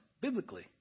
biblically